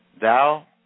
thou